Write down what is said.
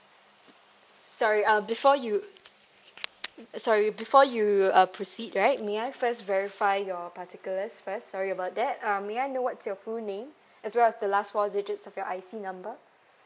sorry uh before you sorry before you uh proceed right may I first verify your particulars first sorry about that uh may I know what's your full name as well as the last four digits of your I_C number